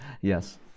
Yes